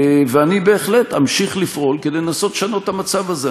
אני בהחלט אמשיך לפעול כדי לנסות לשנות את המצב הזה.